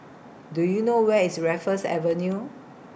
Do YOU know Where IS Raffles Avenue